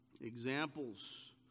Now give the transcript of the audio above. examples